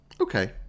Okay